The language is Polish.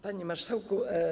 Panie Marszałku!